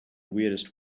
weirdest